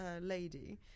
lady